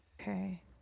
Okay